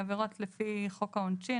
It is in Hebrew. עבירות לפי חוק העונשין,